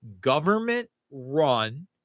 government-run